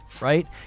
Right